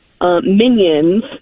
Minions